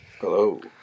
Hello